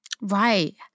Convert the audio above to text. right